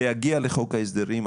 זה יגיע לחוק ההסדרים.